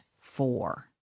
four